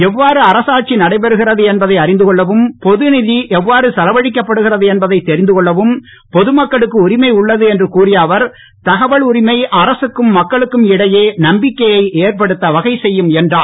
எவ்வாறு அரசாட்சி நடைபெறுகிறது என்பதை அறிந்துகொள்ளவும் பொ துநிதி எவ்வாறு செலவழிக்கப்படுகிறது என்பதைத் தெரிந்து கொள்ளவும் பொதுமக்களுக்கு உரிமை உள்ளது என்று கூறிய அவர் தகவல் உரிமை அரசுக்கும் மக்களுக்கும் இடையே நம்பிக்கையை ஏற்படுத்த வகைசெய்யும் என்றுர்